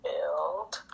Build